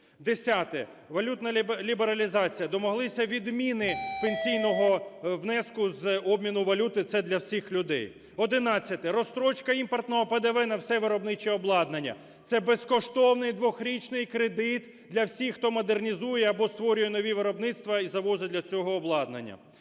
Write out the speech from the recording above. Десяте. Валютна лібералізація. Домоглися відміни пенсійного внеску з обміну валюти. Це для всіх людей. Одинадцяте. Розстрочка імпортного ПДВ на все виробниче обладнання. Це безкоштовний 2-річний кредит для всіх, хто модернізує або створює нові виробництва і завозить для цього обладнання.